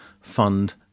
fund